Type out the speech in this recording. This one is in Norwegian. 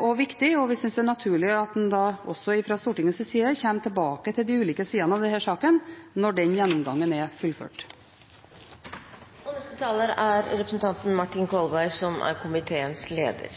og viktig, og vi synes det er naturlig at en da, også fra Stortingets side, kommer tilbake til de ulike sidene av denne saken når den gjennomgangen er fullført. Jeg tar ordet for å si at jeg synes det er